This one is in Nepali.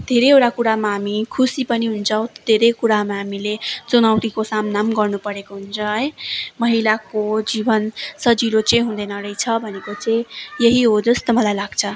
धेरैवटा कुरामा हामी खुसी पनि हुन्छौँ धेरै कुरामा हामीले चुनौतीको सामना पनि गर्नुपरेको हुन्छ है महिलाको जीवन सजिलो चाहिँ हुँदैन रहेछ भनेको चाहिँ यही हो जस्तो मलाई लाग्छ